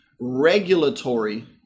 regulatory